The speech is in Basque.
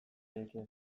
egin